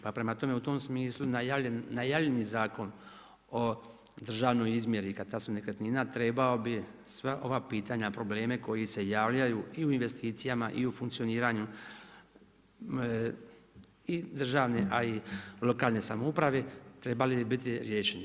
Pa prema tome u tom smislu najavljeni Zakon o državnoj izmjeri i katastru nekretnina trebao bi sva ova pitanja, probleme koji se javljaju i u investicijama i u funkcioniranju državne i lokalne samouprave trebale bi biti riješeni.